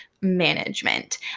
management